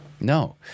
No